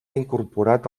incorporat